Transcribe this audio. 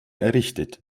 errichtet